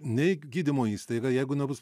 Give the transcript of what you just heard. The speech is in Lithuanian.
nei gydymo įstaiga jeigu nebus